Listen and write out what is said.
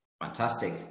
Fantastic